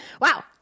Wow